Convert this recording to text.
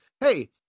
hey